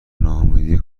ناامیدی